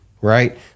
right